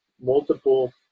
multiple